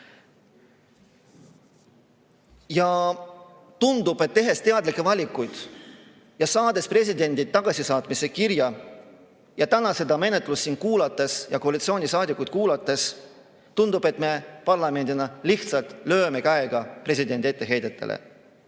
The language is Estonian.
Tundub, et tehes teadlikke valikuid, saades presidendilt tagasisaatmise kirja ja täna seda menetlust siin kuulates ja koalitsioonisaadikuid kuulates tundub, et me parlamendina lihtsalt lööme käega presidendi etteheidetele.